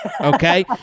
okay